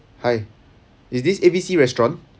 hi is this A B C restaurant